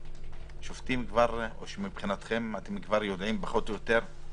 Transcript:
או מבחינתכם אתם כבר יודעים פחות או יותר מה זה?